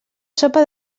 sopa